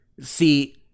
See